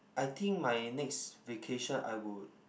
I think my next vacation I would